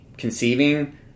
conceiving